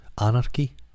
Anarchy